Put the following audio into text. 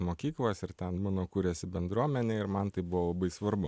mokyklos ir ten mano kurėsi bendruomenė ir man tai buvo labai svarbu